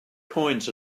coins